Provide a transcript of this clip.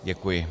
Děkuji.